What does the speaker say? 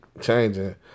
Changing